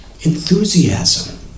enthusiasm